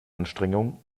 anstrengung